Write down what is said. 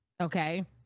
okay